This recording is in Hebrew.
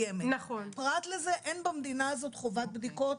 פרט לזה אין במדינה הזאת חובת בדיקות.